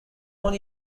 own